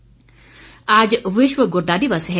गुर्दा दिवस आज विश्व गुर्दा दिवस है